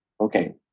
okay